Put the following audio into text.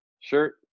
Sure